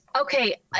okay